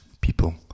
people